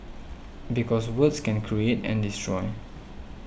because words can create and destroy